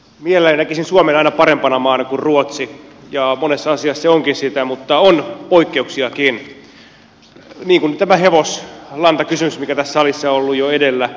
mielelläni näkisin suomen aina parempana maana kuin ruotsin ja monessa asiassa se onkin sitä mutta on poikkeuksiakin niin kuin tämä hevoslantakysymys mikä tässä salissa on ollut jo edellä